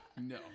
no